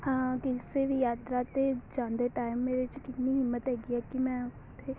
ਹਾਂ ਕਿਸੇ ਵੀ ਯਾਤਰਾ 'ਤੇ ਜਾਂਦੇ ਟਾਈਮ ਮੇਰੇ 'ਚ ਕਿੰਨੀ ਹਿੰਮਤ ਹੈਗੀ ਹੈ ਕਿ ਮੈਂ ਉੱਥੇ